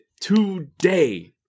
today